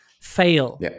fail